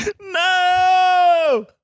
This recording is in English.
No